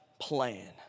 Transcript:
plan